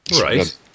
Right